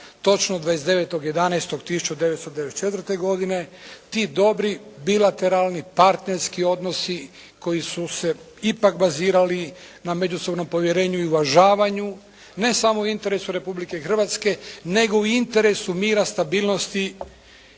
točno 29.11.1994. godine. Ti dobri bilateralni partnerski odnosi koji su se ipak bazirali na međusobnom povjerenju i uvažavanju, ne samo u interesu Republike Hrvatske, nego i u interesu mira, stabilnosti